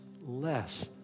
less